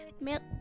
milk